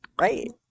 right